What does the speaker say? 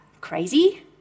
crazy